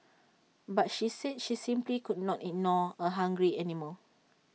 but she said she simply could not ignore A hungry animal